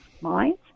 minds